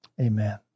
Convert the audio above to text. Amen